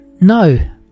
no